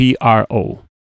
PRO